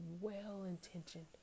well-intentioned